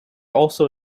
also